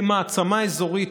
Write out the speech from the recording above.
כמעצמה אזורית,